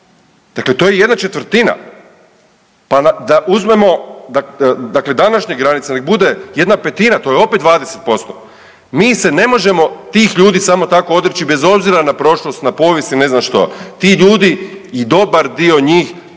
dakle to je jedna četvrtina. Pa da uzmemo dakle današnje granice nek bude jedna petina to je opet 20%, mi se ne možemo tih ljudi samo tako odreći bez obzira na prošlost na povijest i ne znam što, ti ljudi i dobar dio njih